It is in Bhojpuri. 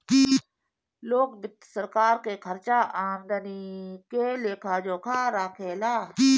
लोक वित्त सरकार के खर्चा आमदनी के लेखा जोखा राखे ला